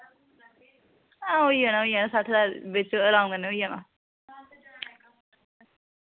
हां होई जाना होई जाना सट्ठ ज्हार बिच अराम कन्नै होई जाना